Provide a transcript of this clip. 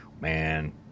man